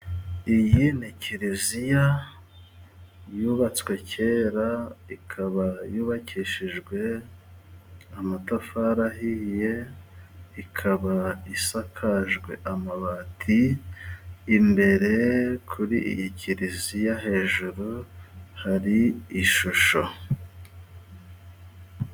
Iyi ni kiliziya yubatswe kera, ikaba yubakishijwe amatafari ahiye, ikaba isakajwe amabati, imbere kuri iyi kiliziya hejuru hari ishusho.